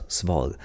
svar